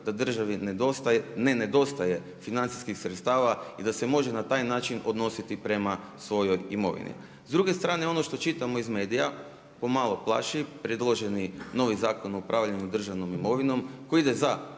nedostaje, ne nedostaje financijskih sredstava i da se može na taj način odnositi prema svojoj imovini. S druge strane, ono što čitamo iz medija, pomalo plaši, predloženi novi zakon o upravljanju državnom imovinom, koji ide za